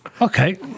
okay